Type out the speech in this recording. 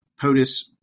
POTUS